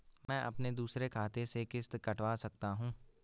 मैं अपने दूसरे खाते से किश्त कटवा सकता हूँ?